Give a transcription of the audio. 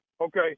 Okay